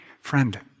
Friend